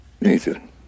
Nathan